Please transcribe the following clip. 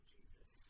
Jesus